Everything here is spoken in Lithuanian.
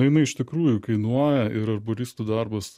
jinai iš tikrųjų kainuoja ir arboristų darbas